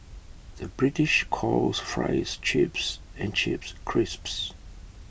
the British calls Fries Chips and Chips Crisps